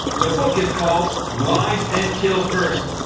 the book is called rise and kill first.